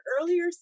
earlier